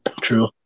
True